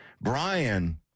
Brian